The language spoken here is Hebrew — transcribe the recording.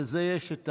לזה יש את